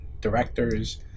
directors